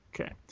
Okay